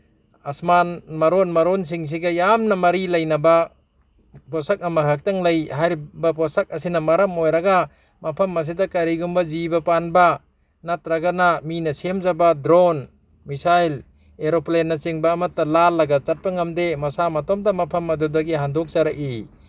ꯑꯁꯃꯟ ꯃꯔꯣꯟ ꯃꯔꯣꯟꯁꯤꯡꯁꯤꯒ ꯌꯥꯝꯅ ꯃꯔꯤ ꯂꯩꯅꯕ ꯄꯣꯠꯁꯛ ꯑꯃꯈꯛꯇꯪ ꯂꯩ ꯍꯥꯏꯔꯤꯕ ꯄꯣꯠꯁꯛ ꯑꯁꯤꯅ ꯃꯔꯝ ꯑꯣꯏꯔꯒ ꯃꯐꯝ ꯑꯁꯤꯗ ꯀꯔꯤꯒꯨꯝꯕ ꯖꯤꯕ ꯄꯥꯟꯕ ꯅꯠꯇ꯭ꯔꯒꯅ ꯃꯤꯅ ꯁꯦꯝꯖꯕ ꯗ꯭ꯔꯣꯟ ꯃꯤꯁꯥꯏꯜ ꯑꯦꯔꯣꯄ꯭ꯂꯦꯟꯅꯆꯤꯡꯕ ꯑꯃꯠꯇ ꯂꯥꯜꯂꯒ ꯆꯠꯄ ꯉꯝꯗꯦ ꯃꯁꯥ ꯃꯇꯣꯝꯇ ꯃꯐꯝ ꯑꯗꯨꯗꯒꯤ ꯍꯟꯗꯣꯛꯆꯔꯛꯏ